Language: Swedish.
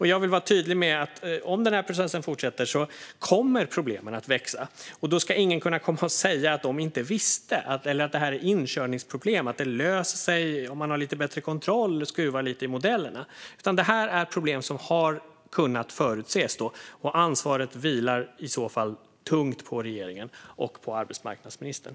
Jag vill vara tydlig med att om den här processen fortsätter kommer problemen att växa, och då ska ingen kunna komma och säga att de inte visste eller att det här är inkörningsproblem som löser sig om man har lite bättre kontroll och skruvar lite i modellerna. Det kommer att vara problem som har kunnat förutses, och ansvaret vilar i så fall tungt på regeringen och på arbetsmarknadsministern.